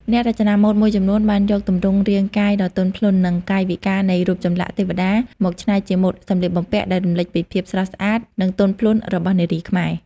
អ្នករចនាម៉ូដមួយចំនួនបានយកទម្រង់រាងកាយដ៏ទន់ភ្លន់ និងកាយវិការនៃរូបចម្លាក់ទេវតា មកច្នៃជាម៉ូដសម្លៀកបំពាក់ដែលរំលេចពីភាពស្រស់ស្អាតនិងទន់ភ្លន់របស់នារីខ្មែរ។